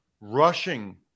rushing